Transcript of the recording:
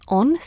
on